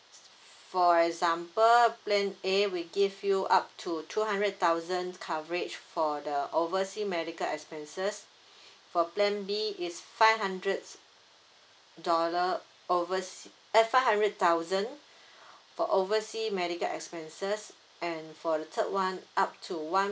for example plan A we give you up to two hundred thousand coverage for the oversea medical expenses for plan B is five hundred dollar oversea eh five hundred thousand for oversea medical expenses and for the third one up to one